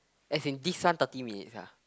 as in this one thirty minutes ah